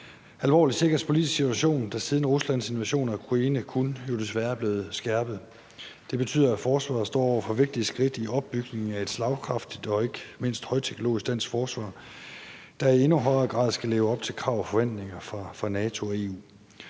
alvorlig sikkerhedspolitisk situation, der siden Ruslands invasion af Ukraine desværre kun er blevet skærpet. Det betyder, at forsvaret står over for vigtige skridt i opbygningen af et slagkraftigt og ikke mindst højteknologisk dansk forsvar, der i endnu højere grad skal leve op til krav og forventninger fra NATO og EU.